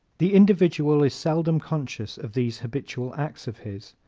the individual is seldom conscious of these habitual acts of his,